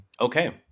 Okay